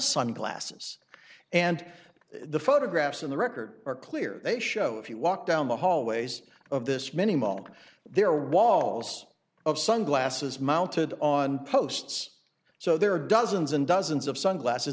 sunglasses and the photographs in the record are clear they show if you walk down the hallways of this many moment there are walls of sunglasses mounted on posts so there are dozens and dozens of sunglasses